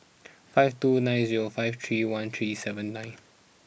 five two nine zero five three one three seven nine